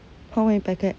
how many packet